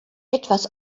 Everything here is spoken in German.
etwas